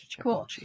Cool